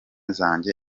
zanjye